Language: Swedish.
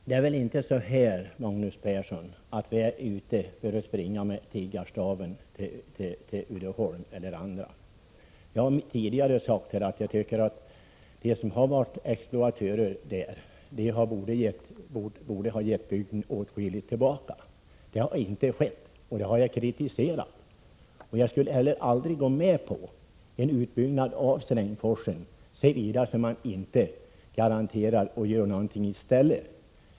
Det är inte så, Magnus Persson, att vi är ute och springer med tiggarstaven till Uddeholm eller andra. Jag har tidigare sagt att jag tycker att de som har varit exploatörer där borde ha gett bygden åtskilligt tillbaka. Det har inte skett, och det har jag kritiserat. Jag skulle heller aldrig gå med på en utbyggnad av Strängsforsen, såvida man inte garanterar att någonting görs i stället.